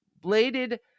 bladed